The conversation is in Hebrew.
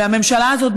והממשלה הזאת,